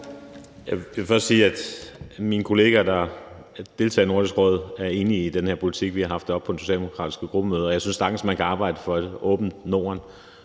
Jeg vil først sige, at mine kollegaer, der deltager i Nordisk Råd, er enig i den her politik. Vi har det haft det oppe på det socialdemokratiske gruppemøde. Jeg synes sagtens, at man kan arbejde for et åbent Norden,